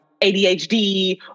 ADHD